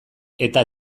eta